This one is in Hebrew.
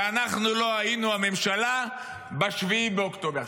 שאנחנו לא היינו הממשלה ב-7 באוקטובר.